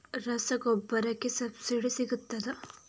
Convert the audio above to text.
ರಸಗೊಬ್ಬರಕ್ಕೆ ಸಬ್ಸಿಡಿ ಸಿಗ್ತದಾ?